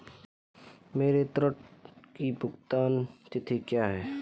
मेरे ऋण की भुगतान तिथि क्या है?